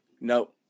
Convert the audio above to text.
No